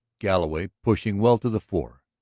galloway pushing well to the fore,